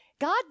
God